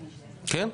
כן.